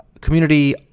community